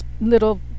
little